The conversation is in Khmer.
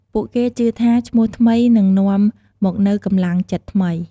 ពួកគេជឿថាឈ្មោះថ្មីនឹងនាំមកនូវកម្លាំងចិត្តថ្មី។